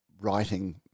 writing